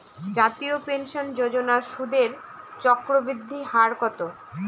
জাতীয় পেনশন যোজনার সুদের চক্রবৃদ্ধি হার কত?